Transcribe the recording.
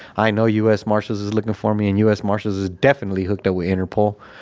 i know us marshals is looking for me and us marshals is definitely hooked up with interpol.